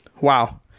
wow